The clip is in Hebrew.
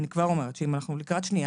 אני כבר אומרת שאם אנחנו לקראת שנייה